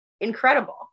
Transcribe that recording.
incredible